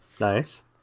Nice